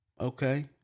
Okay